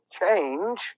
change